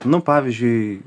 nu pavyzdžiui